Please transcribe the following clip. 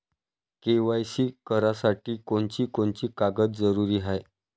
KYC करासाठी कोनची कोनची कागद जरुरी हाय?